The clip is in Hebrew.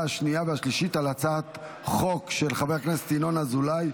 השנייה והשלישית על הצעת החוק של חבר הכנסת ינון אזולאי,